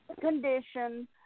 condition